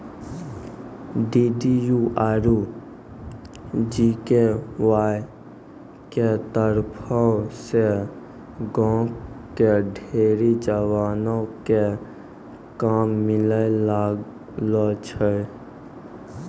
DDU आरु GKY के तरफो से गांव के ढेरी जवानो क काम मिलै लागलो छै